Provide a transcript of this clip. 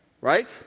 right